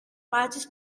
matches